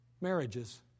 marriages